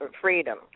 freedom